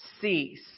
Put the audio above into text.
cease